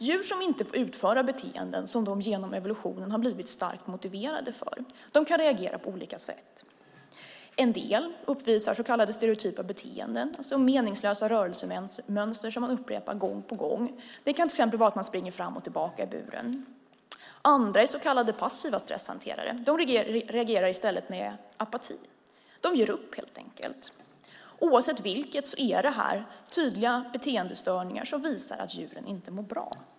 Djur som inte får utföra beteenden som de genom evolutionen blivit starkt motiverade för kan reagera på olika sätt. En del uppvisar stereotypa beteenden: meningslösa rörelsemönster som de upprepar gång på gång. Det kan till exempel vara att de springer fram och tillbaka i buren. Andra djur är så kallade passiva stresshanterare och reagerar i stället med apati. De ger upp, helt enkelt. Oavsett vilket är detta tydliga beteendestörningar som visar att djuren inte mår bra.